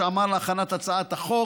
שעמל על הכנת הצעת החוק,